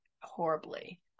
horribly